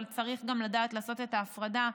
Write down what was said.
אבל צריך גם לדעת לעשות את ההפרדה,